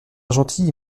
gentil